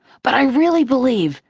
but i really believe,